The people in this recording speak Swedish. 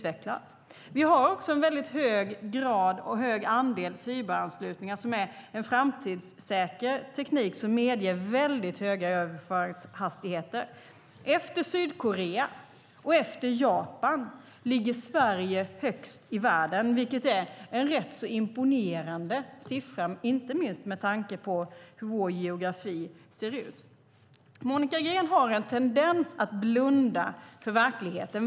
Vi har också en väldigt hög andel fiberanslutningar. Det är en framtidssäker teknik som medger väldigt höga överföringshastigheter. Efter Sydkorea och Japan ligger Sverige högst i världen, vilket är en rätt så imponerande siffra, inte minst med tanke på hur vår geografi ser ut. Monica Green har en tendens att blunda för verkligheten.